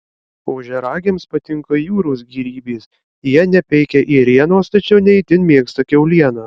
ožiaragiams patinka jūros gėrybės jie nepeikia ėrienos tačiau ne itin mėgsta kiaulieną